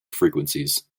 frequencies